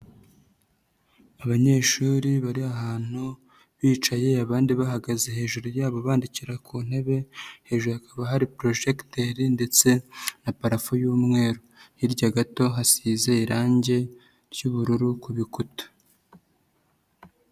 Abanyeshuri bari ahantu bicaye abandi bahagaze hejuru yabo bandikira ku ntebe, hejuru hakaba hari porojegiteri ndetse na parafo y'umweru, hirya gato hasize irangi ry'ubururu ku bikuta.